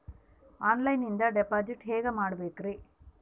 ಆನ್ಲೈನಿಂದ ಡಿಪಾಸಿಟ್ ಹೇಗೆ ಮಾಡಬೇಕ್ರಿ?